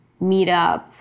meetup